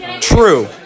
True